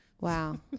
Wow